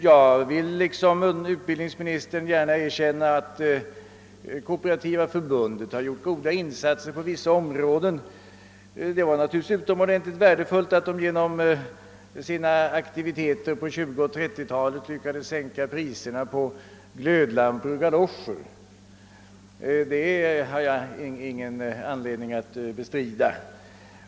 Jag vill liksom utbildningsministern gärna erkänna att Kooperativa förbundet gjort goda insatser på vissa områden. Det var utomordentligt värdefullt att KF genom sina aktiviteter på 1920 och 1930-talen lyckades sänka priserna på glödlampor och galoscher — det har jag ingen anledning att förneka.